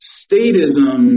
statism